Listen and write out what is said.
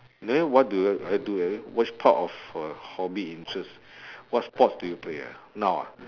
then what do I do which part of a hobby interests what sports do you play ah now ah